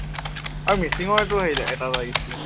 অঁ আৰু মিচিঙৰতো এইটো এটা লাগিছিলে